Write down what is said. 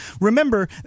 remember